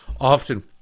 often